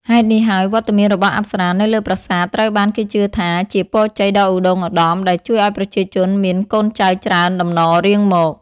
ហេតុនេះហើយ វត្តមានរបស់អប្សរានៅលើប្រាសាទត្រូវបានគេជឿថាជា ពរជ័យដ៏ឧត្តុង្គឧត្តម ដែលជួយឲ្យប្រជាជនមាន កូនចៅច្រើនតំណរៀងមក។